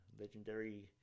legendary